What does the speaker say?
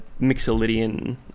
mixolydian